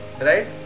right